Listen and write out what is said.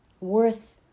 worth